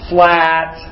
Flat